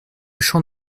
champ